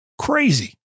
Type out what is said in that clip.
crazy